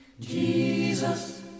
Jesus